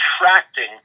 attracting